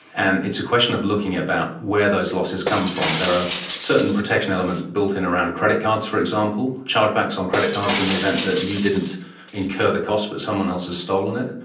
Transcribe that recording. and it's a question of looking about where those losses come from. there are certain protection elements built-in around credit cards, for example, chargebacks on credit cards in the event that you didn't incur the cost but someone else has stolen it,